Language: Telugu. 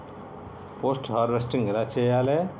పోస్ట్ హార్వెస్టింగ్ ఎలా చెయ్యాలే?